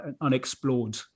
unexplored